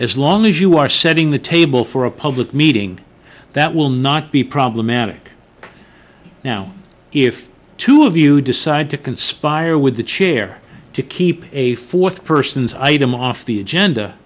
as long as you are setting the table for a public meeting that will not be problematic now if two of you decide to conspire with the chair to keep a fourth person's item off the agenda